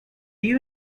you